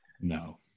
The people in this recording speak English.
No